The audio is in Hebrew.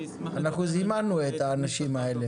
אנחנו זימנו את האנשים האלה.